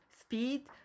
speed